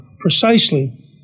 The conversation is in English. precisely